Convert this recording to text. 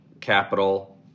capital